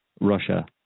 russia